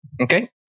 Okay